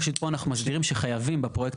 פשוט פה אנחנו מסדירים שחייבים בפרויקט